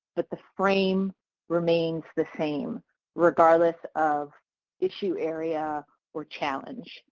but the frame remains the same regardless of issue area or challenge.